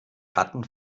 ratten